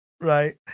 right